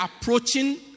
approaching